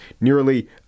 nearly